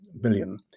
billion